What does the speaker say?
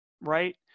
Right